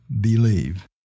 believe